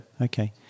okay